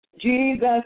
Jesus